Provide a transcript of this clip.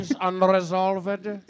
unresolved